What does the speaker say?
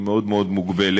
היא מאוד מאוד מוגבלת.